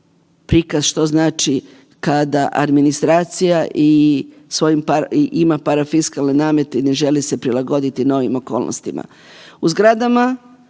prikaz što znači kada administracija i ima parafiskalne namete i ne želi se prilagoditi novim okolnostima. U zgradama